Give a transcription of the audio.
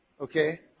okay